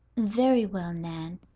very well, nan,